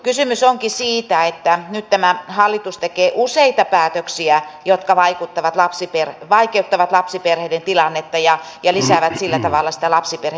kysymys onkin siitä että nyt tämä hallitus tekee useita päätöksiä jotka vaikeuttavat lapsiperheiden tilannetta ja lisäävät sillä tavalla sitä lapsiperheköyhyyttä